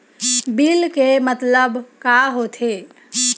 Bill के मतलब का होथे?